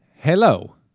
Hello